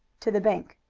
to the bank.